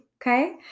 okay